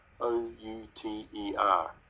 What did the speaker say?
O-U-T-E-R